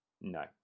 no